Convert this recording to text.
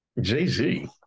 Jay-Z